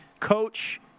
Coach